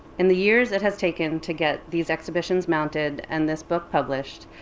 in the years it has taken to get these exhibitions mounted and this book published,